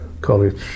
college